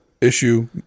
issue